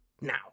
Now